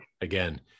again